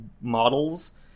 models